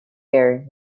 care